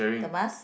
the mask